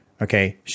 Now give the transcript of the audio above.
Okay